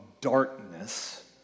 darkness